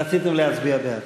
רצינו להצביע בעד.